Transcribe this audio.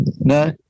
No